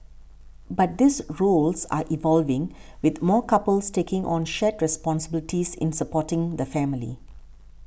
but these roles are evolving with more couples taking on shared responsibilities in supporting the family